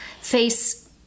face